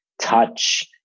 touch